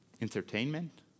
entertainment